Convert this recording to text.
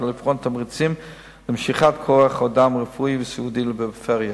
כדי לבחון תמריצים למשיכת כוח-אדם רפואי וסיעודי לפריפריה.